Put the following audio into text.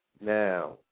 Now